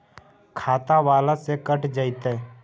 खाता बाला से कट जयतैय?